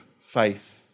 faith